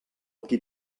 qui